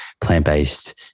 plant-based